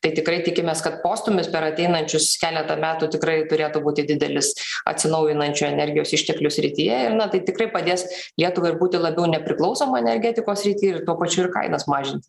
tai tikrai tikimės kad postūmis per ateinančius keletą metų tikrai turėtų būti didelis atsinaujinančių energijos išteklių srityje ir na tai tikrai padės lietuvai ir būti labiau nepriklausomai energetikos srity ir tuo pačiu ir kainas mažinti